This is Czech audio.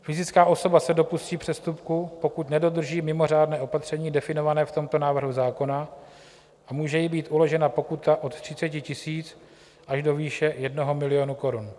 Fyzická osoba se dopustí přestupku, pokud nedodrží mimořádné opatření definované v tomto návrhu zákona, a může jí být uložena pokuta od 30 000 až do výše 1 milionu korun.